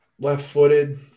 left-footed